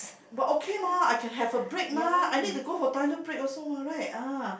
but okay mah I can have a break mah I need to go for toilet break also mah right ah